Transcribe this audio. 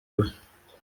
iwe